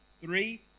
three